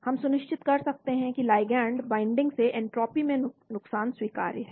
हम सुनिश्चित कर सकते हैं कि लिगैंड बाइंडिंग से एन्ट्रापी में नुकसान स्वीकार्य है